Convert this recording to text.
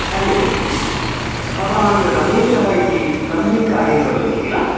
हरि ओम् भवान् रमेशः इति प्लम्बिङ्ग् कार्यं करोति किल